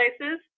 places